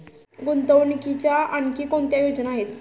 गुंतवणुकीच्या आणखी कोणत्या योजना आहेत?